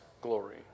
glory